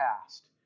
past